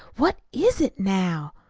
what is it now?